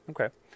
Okay